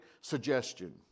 suggestion